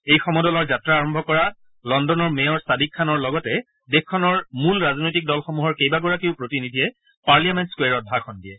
এই সমদলৰ যাত্ৰাৰ আৰম্ভ কৰা লণ্ডনৰ মেয়ৰ ছাদিক খানৰ লগতে দেশখনৰ মূল ৰাজনৈতিক দলসমূহৰ কেইবাগৰাকীও প্ৰতিনিধিয়ে পাৰ্লিয়ামেণ্ট স্থুৱেৰত ভাষণ দিয়ে